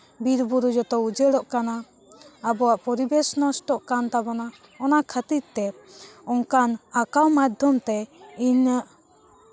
ᱵᱤᱨᱵᱩᱨᱩ ᱡᱚᱛᱚ ᱩᱡᱟᱹᱲᱚᱜ ᱠᱟᱱᱟ ᱟᱵᱚᱣᱟᱜ ᱯᱚᱨᱤᱵᱮᱥ ᱱᱚᱥᱴᱚᱜ ᱠᱟᱱ ᱛᱟᱵᱳᱱᱟ ᱚᱱᱟ ᱠᱷᱟᱹᱛᱤᱨ ᱛᱮ ᱚᱱᱠᱟᱱ ᱟᱸᱠᱟᱣ ᱢᱟᱫᱽᱫᱷᱚᱢ ᱛᱮ ᱤᱧᱟᱹᱜ